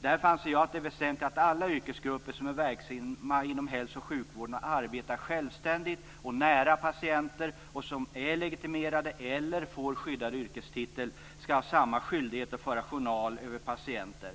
Därför anser jag att det är väsentligt att alla yrkesgrupper som är verksamma inom hälso och sjukvården och arbetar självständigt och nära patienter och som är legitimerade eller får skyddad yrkestitel skall ha samma skyldighet att föra journal över patienter.